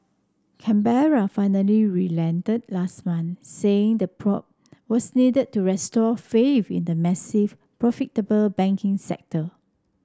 Canberra finally relented last month saying the probe was needed to restore faith in the massive profitable banking sector